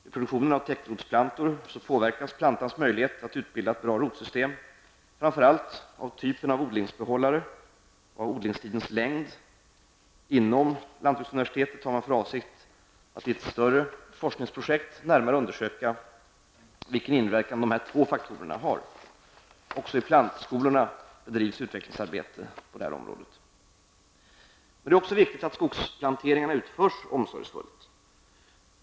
Vid produktionen av täckrotsplantor påverkas plantans möjlighet att utbilda ett bra rotsystem framför allt av typen av odlingsbehållare och av odlingstidens längd. Inom Sveriges lantbruksuniversitet har man för avsikt att i ett större forskningsprojekt närmare undersöka vilken inverkan dessa två faktorer har. Också i plantskolorna bedrivs utvecklingsarbete inom detta område. Men det är också viktigt att skogsplanteringarna utförs omsorgsfullt.